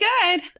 good